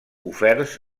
oferts